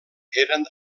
eren